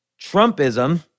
Trumpism